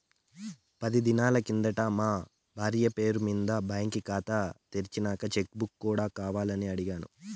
పది దినాలు కిందట మా బార్య పేరు మింద బాంకీ కాతా తెర్సినంక చెక్ బుక్ కూడా కావాలని అడిగిన్నాను